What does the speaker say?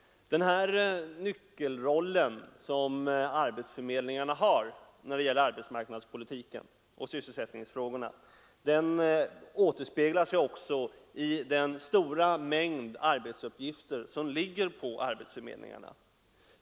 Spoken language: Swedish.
Den här nyckelrollen, som arbetsförmedlingarna har när det gäller arbetsmarknadspolitiken och sysselsättningsfrågorna, återspeglar sig i den stora mängd arbetsuppgifter som ligger på arbetsförmedlingarna.